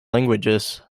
languages